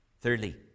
Thirdly